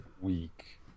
week